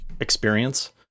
experience